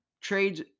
trades